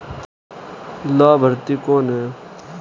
लाभार्थी कौन है?